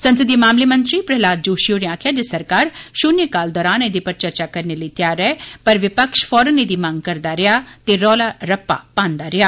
संसदीय मामले दे मंत्री प्रहलाद जोशी होरें आक्खेया जे सरकार शून्य काल दौरान एदे पर चर्चा करने लेई त्यार ऐ पर विपक्ष फौरन एदी मंग करदा रेया ते रौला रप्पा पांदा रेया